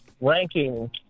Ranking